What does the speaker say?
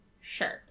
Sure